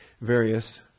various